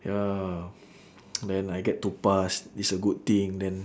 ya then I get to pass is a good thing then